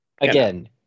again